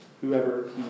Whoever